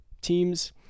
teams